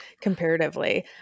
comparatively